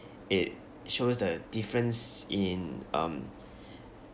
it shows the difference in um